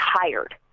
tired